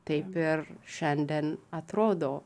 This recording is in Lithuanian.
taip ir šiandien atrodo